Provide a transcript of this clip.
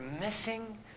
missing